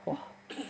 !wah!